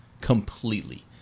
Completely